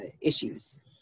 issues